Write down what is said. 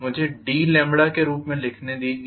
मुझे d के लिए लिखने दीजिए